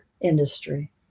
industry